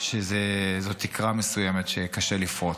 שזו תקרה מסוימת שקשה לפרוץ,